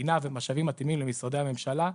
תקינה ומשאבים מתאימים למשרדי הממשלה,